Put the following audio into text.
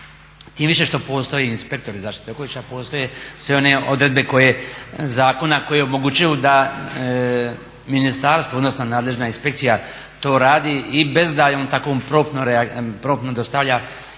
tim više što postoje inspektori zaštite okoliša, postoje sve one odredbe zakona koje omogućuju da ministarstvo odnosno nadležna inspekcija to radi i bez da on tako promptno dostavlja